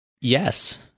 Yes